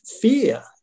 fear